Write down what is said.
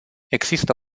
există